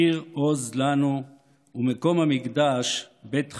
עיר עוז לנו ומקום המקדש בית חיינו.